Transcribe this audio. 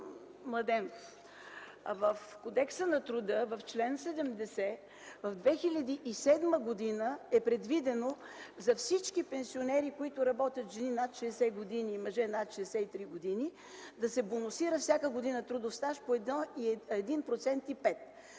чл. 70 на Кодекса на труда, през 2007 г. е предвидено за всички пенсионери, които работят – жени над 60 години, мъже над 63 години, да се бонусира всяка година трудов стаж по 1,5%.